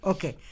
Okay